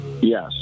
Yes